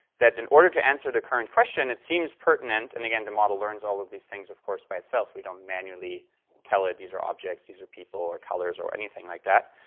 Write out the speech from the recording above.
that in order to answer the current question it seems pertinent, and again the model learns all of these things of course by itself. we don't manually tell it these are objects, these are people, or colors, or anything like that,